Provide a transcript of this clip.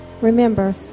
Remember